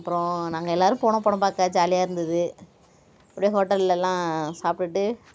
அப்புறம் நாங்கள் எல்லோரும் போனோம் படம் பார்க்க ஜாலியாக இருந்தது அப்டேயே ஹோட்டல்லெல்லாம் சாப்பிட்டுட்டு